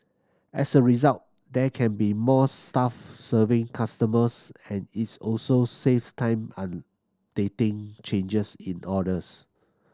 as a result there can be more staff serving customers and it's also saves time an dating changes in orders